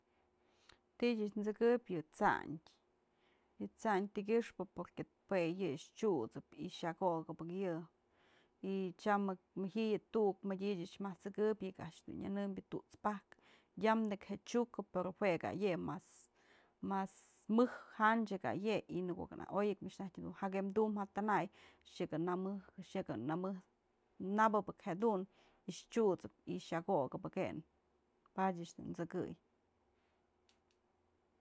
Ti'i ëch t'sëkëbyë yë t'sandyë tykyëxpë porque jue yë t'syusëp y xa'ak okëp yë y tyam yë, y ji'i yë tu'uk mëdyë ëch mas t'sëkëbyë yë a'ax nyënëmbyë tu'uts pajkë yamdëk je'e ch'iukë pero juek ka ye'e mas, mas mëj janchë ya'ay jë y në ko'o oy mich dun naj jëkëmdun jë tënay nyëkë na mëjk, nyëkë na mëj nabëp jedun y t'syusëp y xa'ak okëp je'e padyë ëxh dun t'sëkëy.